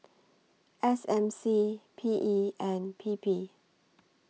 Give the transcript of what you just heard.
S M C P E and P P